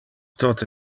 tote